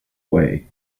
way